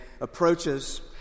approaches